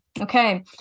Okay